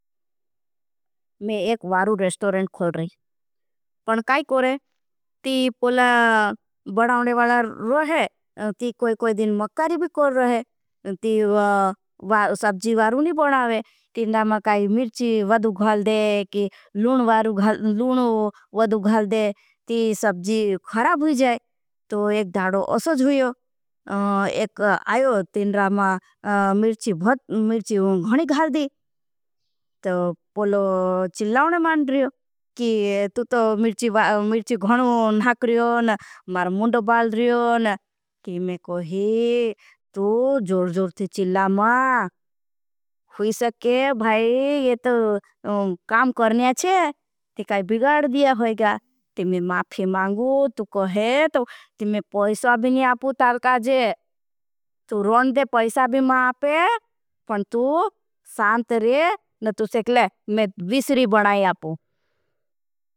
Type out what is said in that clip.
मैं एक वारू रेस्टोरेंट खो रहा हूँ, पण काई कोरें, ती पोला बढ़ावने वाला रहे, ती कोई-कोई दिन मकारी भी कोर रहे, ती सबजी वारू नहीं बढ़ावे, काई मिर्ची वदू खाल दे, काई लून वदू खाल दे, ती सबजी ख़राब हुझे, तो एक धाड़ो असज हुयो, एक आयो मिर्ची भत, मिर्ची हुँ घणी खाल दे, तो पोलो चिलावने मान रहे, काई मिर्ची भत, मिर्ची हुँ घणी खाल दे, तो पोलो चिलावने मान रहे, ती सबजी वदू खाल दे, काई मिर्ची भत, मिर्ची हुँ घणी खाल दे, ती सबजी हुँ खाल दे, काई मिर्ची भत, मिर्ची हुँ खाल दे, ती सबजी हुँ खाल दे, काई मिर्ची भत मिर्ची हुँ खाल दे, ती सबजी हुँ खाल दे, काई मिर्ची हुँ खाल दे, ती सबजी हुँ खाल दे, काई मिर्ची हुँ खाल दे, ती सबजी हुँ खाल दे, काई मिर्ची हुँ खाल दे, ती सबजी हुँ खाल दे, काई मिर्ची हुँ खाल दे, ती सबजी हुँ खा